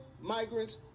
migrants